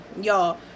Y'all